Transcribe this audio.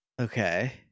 Okay